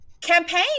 campaign